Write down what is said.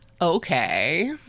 Okay